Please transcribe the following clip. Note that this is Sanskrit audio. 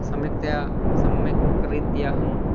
सम्यक्तया सम्यक् रीत्याहं